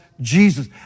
Jesus